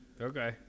Okay